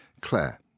Claire